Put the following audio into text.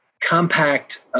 compact